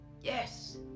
Yes